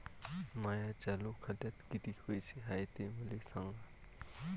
माया चालू खात्यात किती पैसे हाय ते मले सांगा